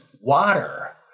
water